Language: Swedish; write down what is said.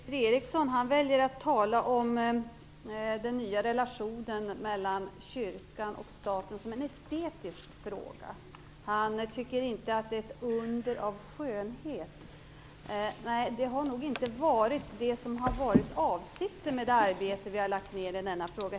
Herr talman! Peter Eriksson väljer att tala om den nya relationen mellan kyrkan och staten som en estetisk fråga. Han tycker inte att det är ett under av skönhet. Nej, det har nog inte heller varit avsikten med det arbete vi har lagt ned i denna fråga.